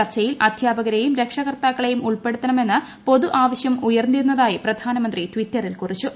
ചർച്ചയിൽ അധ്യാപകരെയും രക്ഷിതാക്കളെയും ഉൾപ്പെടുത്തണമെന്ന് പൊതു ആവശ്യം ഉയർന്നിരുന്നതായി പ്രധാനമന്ത്രി ട്വിറ്ററിൽ കുറിച്ചു